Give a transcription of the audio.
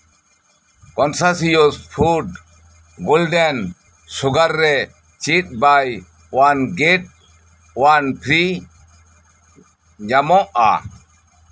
conscious food golden sugar ᱨᱮ check buy get one free ᱧᱟᱢᱚᱜᱼᱟ